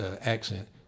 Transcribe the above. accent